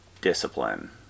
discipline